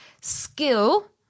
skill